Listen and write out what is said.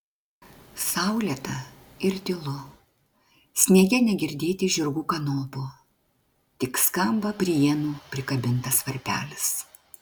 saulėta ir tylu sniege negirdėti žirgų kanopų tik skamba prie ienų prikabintas varpelis